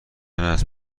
است